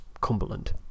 Cumberland